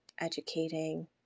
educating